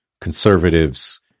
conservatives